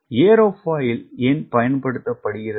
aerofoil ஏன் பயன்படுத்தப்படுகிறது